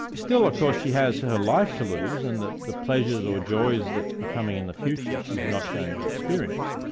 still, of course, she has her life to lose, and the the pleasures or joys that were coming in the future she's not going to experience.